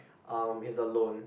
um he's alone